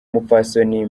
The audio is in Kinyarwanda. umupfasoni